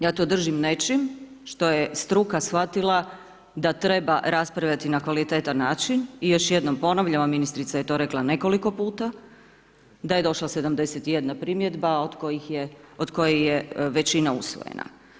Ja to držim nečim, što je struka shvatila da treba raspraviti na kvalitetan način i još jednom ponavljam, ministrica je to rekla nekoliko puta, da je došla 71 primjedba, od kojih je većina usvojena.